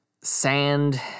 sand